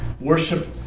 Worship